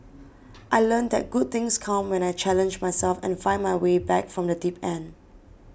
I learnt that good things come when I challenge myself and find my way back from the deep end